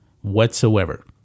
whatsoever